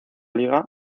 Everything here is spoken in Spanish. liga